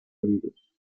heridos